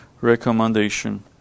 recommendation